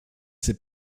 s’est